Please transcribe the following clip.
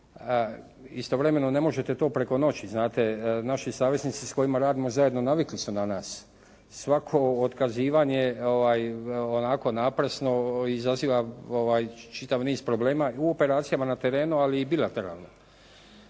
Istovremeno ne možete to preko noći. Naši saveznici s kojima radimo zajedno navikli su na nas. Svako otkazivanje ovako naprasno izaziva čitav niz problema u operacijama na terenu ali i bilateralno.